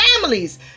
families